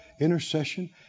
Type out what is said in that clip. intercession